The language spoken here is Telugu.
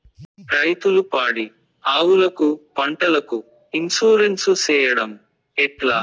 రైతులు పాడి ఆవులకు, పంటలకు, ఇన్సూరెన్సు సేయడం ఎట్లా?